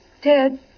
Ted